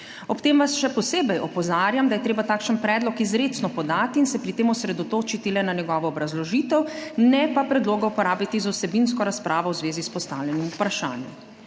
Ob tem vas še posebej opozarjam, da je treba takšen predlog izrecno podati in se pri tem osredotočiti le na njegovo obrazložitev, ne pa predloga uporabiti za vsebinsko razpravo v zvezi s postavljenim vprašanjem.